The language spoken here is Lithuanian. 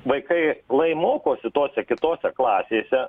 vaikai lai mokosi tose kitose klasėse